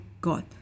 God